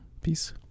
Peace